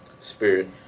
Spirit